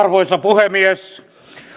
arvoisa puhemies